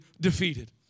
defeated